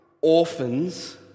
orphans